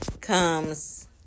comes